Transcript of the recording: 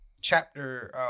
chapter